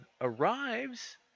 arrives